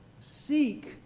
Seek